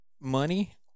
money